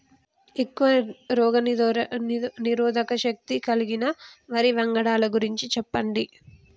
ఎక్కువ రోగనిరోధక శక్తి కలిగిన వరి వంగడాల గురించి చెప్పండి?